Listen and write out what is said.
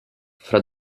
fra